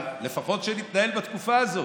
אבל לפחות שנתנהל בתקופה הזאת.